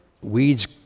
Weeds